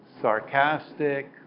sarcastic